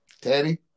Teddy